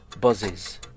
buzzes